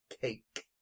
Cake